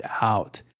out